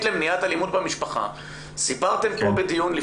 למניעת אלימות במשפחה סיפרתם פה בדיון,